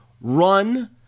run